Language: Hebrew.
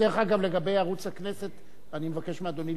לגבי ערוץ הכנסת אני מבקש מאדוני לכתוב לי מכתב.